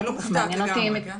אני לא מופתעת לגמרי.